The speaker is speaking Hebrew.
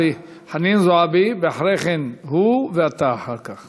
חנין זועבי, ואחרי כן הוא, ואתה אחר כך.